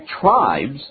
tribes